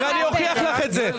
ואני אוכיח לך את זה.